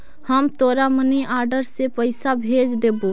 हम तोरा money order से पइसा भेज देबो